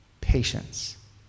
Patience